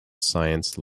science